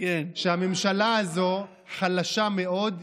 שהממשלה הזו חלשה מאוד.